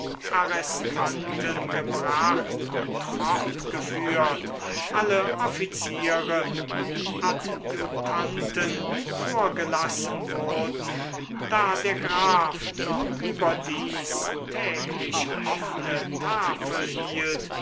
arrestanten gebracht und fortgeführt alle offiziere und adjutanten vorgelassen wurden da der graf noch überdies täglich offne tafel hielt